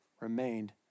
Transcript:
remained